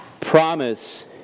promise